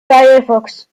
firefox